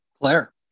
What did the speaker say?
Claire